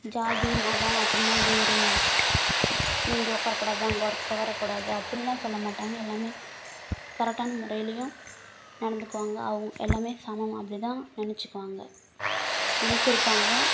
ஜாதி மதம் அப்பிடின்லாம் வேறு நீ இங்கே உட்காரக்கூடாது அங்கே ஒர்க் உட்காரக்கூடாது அப்டில்லாம் சொல்ல மாட்டாங்க எல்லாமே கரெக்டான முறையிலையும் நடந்துக்குவாங்க அவங்க எல்லாமே சமம் அப்படி தான் நினச்சிக்குவாங்க நினச்சிருப்பாங்க